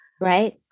Right